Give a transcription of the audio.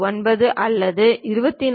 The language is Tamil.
9 அல்லது 24